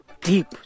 deep